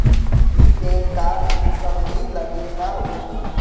कि pan card इ सब भी लगेगा वो में?